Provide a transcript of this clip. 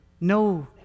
no